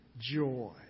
joy